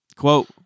Quote